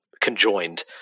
conjoined